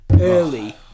early